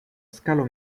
scalo